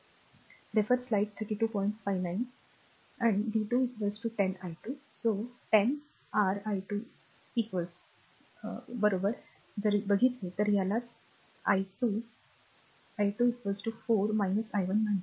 आणि v 2 10 i2 तर 10 r i2 जर बघितले तर यालाच i2 i2 4 i 1 म्हणतात